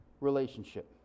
relationship